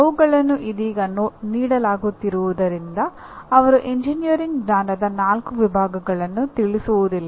ಅವುಗಳನ್ನು ಇದೀಗ ನೀಡಲಾಗುತ್ತಿರುವುದರಿಂದ ಅವರು ಎಂಜಿನಿಯರಿಂಗ್ ಜ್ಞಾನದ ನಾಲ್ಕು ವಿಭಾಗಗಳನ್ನು ತಿಳಿಸುವುದಿಲ್ಲ